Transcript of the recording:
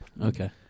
Okay